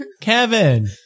Kevin